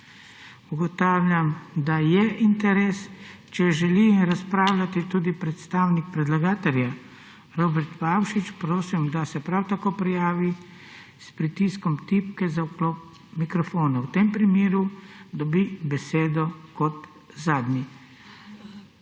Ugotavljam, da je interes. Če želi razpravljati tudi predstavnik predlagatelja Robert Pavšič, prosim, da se prav tako prijavi s pritiskom tipke za vklop mikrofona. V tem primeru dobi besedo kot zadnji.